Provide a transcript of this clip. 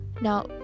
Now